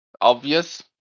obvious